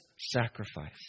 sacrifice